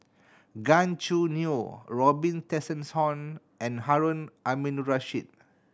Gan Choo Neo Robin Tessensohn and Harun Aminurrashid